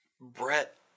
Brett